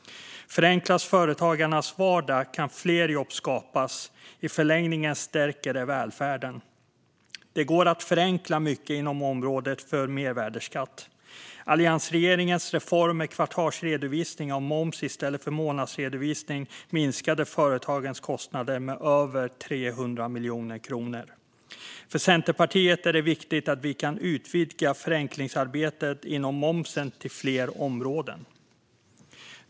Förenklas företagarnas vardag kan fler jobb skapas. I förlängningen stärker det välfärden. Det går att förenkla mycket inom området för mervärdesskatt. Alliansregeringens reform med kvartalsredovisning av moms i stället för månadsredovisning minskade företagens kostnader med över 300 miljoner kronor. För Centerpartiet är det viktigt att vi kan utvidga förenklingsarbetet inom momsen till fler områden.